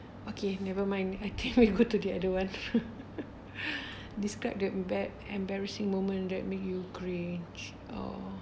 okay never mind I go to the other [one] describe the emba~ embarrassing moment that make you cringe oh